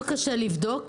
לא קשה לבדוק.